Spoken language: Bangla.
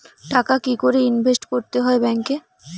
টাকা কি করে ইনভেস্ট করতে হয় ব্যাংক এ?